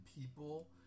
people